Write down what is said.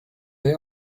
they